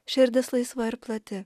širdis laisva ir plati